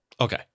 Okay